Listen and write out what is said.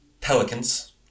Pelicans